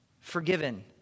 forgiven